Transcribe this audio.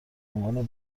عنوان